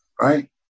Right